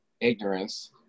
ignorance